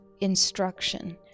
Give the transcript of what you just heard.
instruction